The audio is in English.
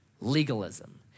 legalism